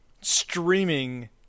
streaming